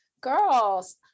girls